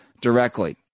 directly